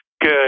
good